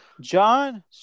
John